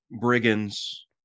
brigands